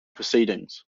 proceedings